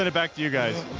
and back to you guys.